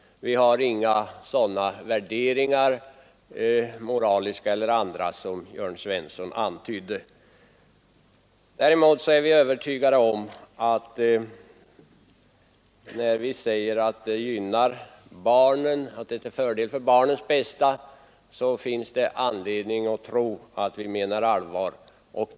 Vi har inga sådana värderingar, moraliska eller andra, som Jörn Svensson antydde. När vi däremot säger att äktenskapet är till barnets bästa, så menar vi allvar.